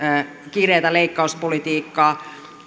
kireätä leikkauspolitiikkaa